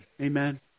Amen